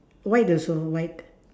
white also white